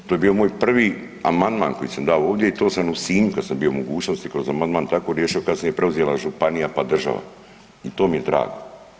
To je bio moj prvi amandman koji sam dao ovdje i to sam u Sinju kada sam bio u mogućnosti kroz amandman tako riješio kada je preuzela županija, pa država i to mi je drago.